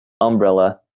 umbrella